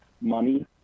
money